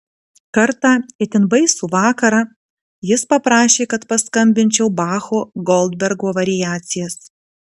kartą itin baisų vakarą jis paprašė kad paskambinčiau bacho goldbergo variacijas